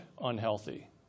unhealthy